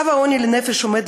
קו העוני לנפש עומד,